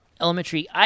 elementary